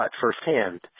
firsthand